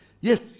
yes